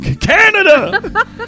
Canada